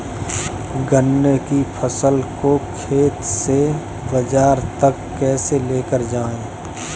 गन्ने की फसल को खेत से बाजार तक कैसे लेकर जाएँ?